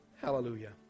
Hallelujah